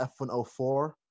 F104